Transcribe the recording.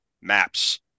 maps